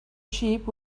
sheep